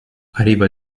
arriva